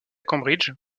cambridge